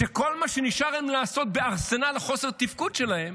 שכל מה שנשאר להם לעשות בארסנל חוסר התפקוד שלהם